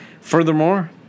Furthermore